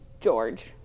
George